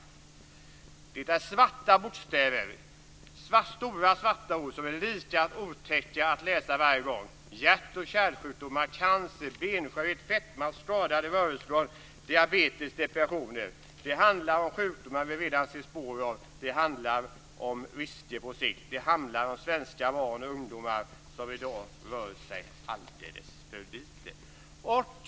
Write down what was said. Det är stora svarta ord som är lika otäcka att läsa varje gång. Hjärt och kärlsjukdomar, cancer, benskörhet, fetma, skadade rörelseorgan, diabetes och depressioner. Det handlar om sjukdomar vi redan ser spår av. Det handlar om risker på sikt. Det handlar om svenska barn och ungdomar som i dag rör sig alldeles för lite.